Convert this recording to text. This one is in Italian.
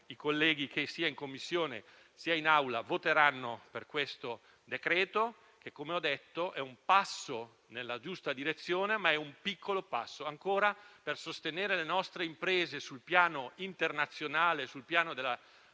i colleghi che, sia in Commissione sia in Aula, hanno votato e voteranno per questo decreto che, come ho detto, è un passo nella giusta direzione, ma è un piccolo passo. Per sostenere le nostre imprese sul piano internazionale, sul piano della